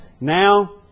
Now